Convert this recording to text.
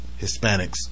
Hispanics